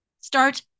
Start